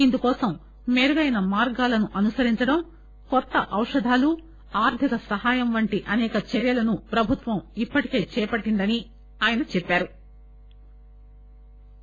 ఇందుకోసం మెరుగైన మార్గాలను అనుసరించడం కొత్త ఔషధాలు ఆర్గిక సహాయం వంటి అనేక చర్యలను ప్రభుత్వం ఇప్పటికే చేపట్టిందని ఆయన అన్నారు